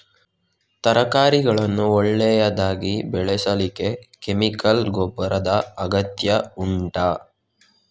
ತರಕಾರಿಗಳನ್ನು ಒಳ್ಳೆಯದಾಗಿ ಬೆಳೆಸಲಿಕ್ಕೆ ಕೆಮಿಕಲ್ ಗೊಬ್ಬರದ ಅಗತ್ಯ ಉಂಟಾ